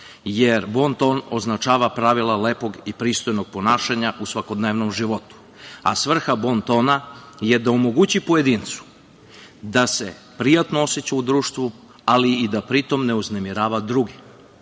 jer bonton označava pravila lepog i pristojnog ponašanja u svakodnevnom životu, a svrha bontona je da omogući pojedincu da se prijatno oseća u društvu, ali i da pri tom ne uznemirava druge,